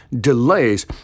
delays